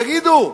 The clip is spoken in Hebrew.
תגידו,